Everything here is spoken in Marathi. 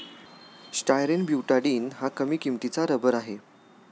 स्टायरीन ब्यूटाडीन हा कमी किंमतीचा रबर आहे